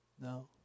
No